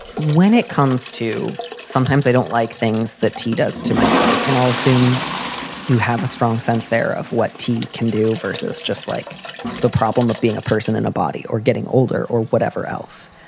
when it comes to. sometimes they don't like things that t does to my body. and i'll assume you have a strong sense there of what t can do versus just like the problem of being a person in a body or getting older or whatever else,